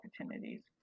opportunities